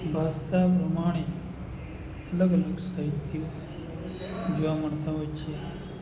ભાષા પ્રમાણે અલગ અલગ સાહિત્યો જોવા મળતા હોય છે